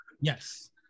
Yes